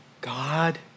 God